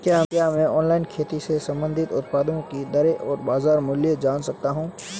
क्या मैं ऑनलाइन खेती से संबंधित उत्पादों की दरें और बाज़ार मूल्य जान सकता हूँ?